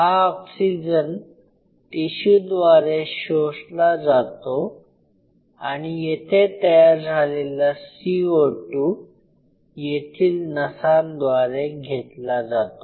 हा ऑक्सीजन टिशूद्वारे शोषला जातो आणि येथे तयार झालेला CO2 येथील नसांद्वारे घेतला जातो